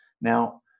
now